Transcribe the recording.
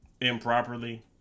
improperly